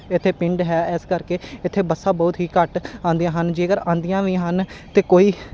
ਇੱਥੇ ਪਿੰਡ ਹੈ ਇਸ ਕਰਕੇ ਇੱਥੇ ਬੱਸਾਂ ਬਹੁਤ ਹੀ ਘੱਟ ਆਉਂਦੀਆਂ ਹਨ ਜੇਕਰ ਆਉਂਦੀਆਂ ਵੀ ਹਨ ਤਾਂ ਕੋਈ